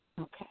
Okay